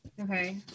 Okay